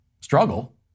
struggle